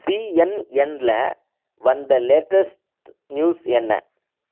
சிஎன்என்னில் வந்த latest news என்ன